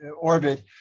orbit